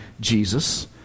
Jesus